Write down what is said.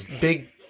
Big